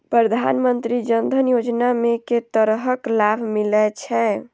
प्रधानमंत्री जनधन योजना मे केँ तरहक लाभ मिलय छै?